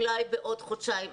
אולי בעוד חודשיים.